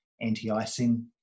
anti-icing